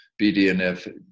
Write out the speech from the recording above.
BDNF